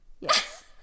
yes